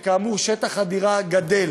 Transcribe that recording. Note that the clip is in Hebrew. כאמור, שטח הדירה גדל,